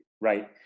right